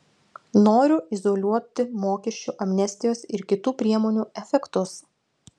noriu izoliuoti mokesčių amnestijos ir kitų priemonių efektus